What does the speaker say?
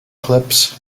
clips